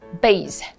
Base